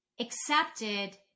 accepted